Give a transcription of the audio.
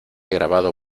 grabado